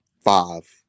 five